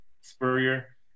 Spurrier